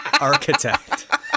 architect